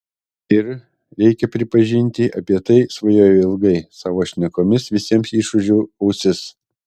ir reikia pripažinti apie tai svajojau ilgai savo šnekomis visiems išūžiau ausis